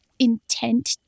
Intent